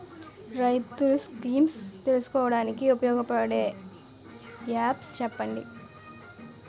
రైతులు స్కీమ్స్ తెలుసుకోవడానికి ఉపయోగపడే యాప్స్ చెప్పండి?